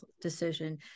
decision